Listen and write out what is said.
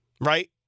Right